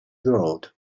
road